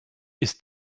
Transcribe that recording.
ist